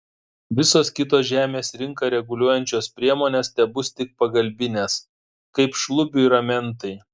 visos kitos žemės rinką reguliuojančios priemonės tebus tik pagalbinės kaip šlubiui ramentai